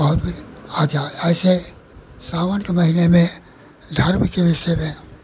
बहुत अच्छा ऐसे सावन के महीने में धर्म के विषय में